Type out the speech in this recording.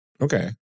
Okay